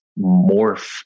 morph